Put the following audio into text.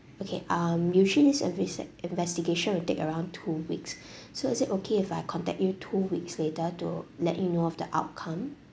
okay um usually these investig~ investigation will take around two weeks so is it okay if I contact you two weeks later to let you know of the outcome